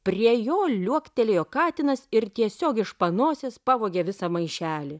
prie jo liuoktelėjo katinas ir tiesiog iš panosės pavogė visą maišelį